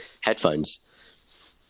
headphones